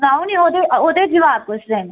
सनाओ निं ओह् ते ओह् ते जवाब पुच्छदे न